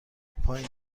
پایین